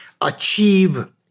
achieve